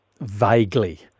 vaguely